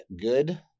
good